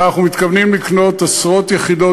אנחנו מתכוונים לקנות עשרות יחידות